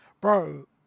bro